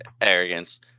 Arrogance